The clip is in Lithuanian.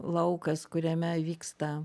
laukas kuriame vyksta